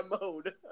mode